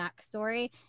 backstory